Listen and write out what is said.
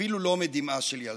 אפילו לא מדמעה של ילדה."